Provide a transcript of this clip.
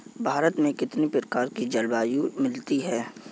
भारत में कितनी प्रकार की जलवायु मिलती है?